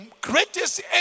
greatest